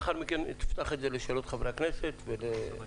לאחר מכן אפתח את זה לשאלות חברי הכנסת ולמוזמנים.